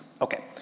Okay